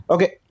Okay